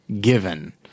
given